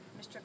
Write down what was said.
Mr